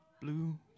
blue